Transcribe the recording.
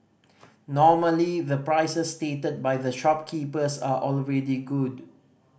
normally the prices stated by the shopkeepers are already good